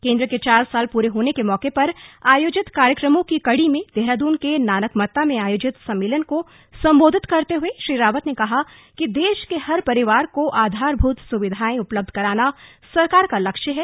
केंद्र के चार साल पूरे होने के मौके पर आयोजित कार्यक्रमों की कड़ी में देहरादून के नानकमत्ता में आयोजित सम्मेलन को सम्बोधित करते हुए श्री रावत ने कहा कि देश के हर परिवार को आधारभूत सुविधाए उपलब्ध कराना सरकार का लक्ष्य है